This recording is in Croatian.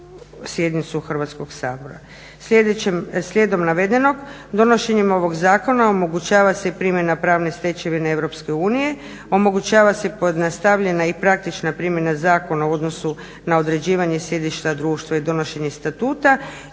sjednicu Hrvatskom sabora. Slijedom navedenog donošenjem ovog zakona omogućava se i primjena pravne stečevine EU, omogućava se pojednostavljena i praktična primjena zakona u odnosu na određivanje sjedišta društva i donošenje statuta